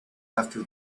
after